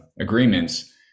agreements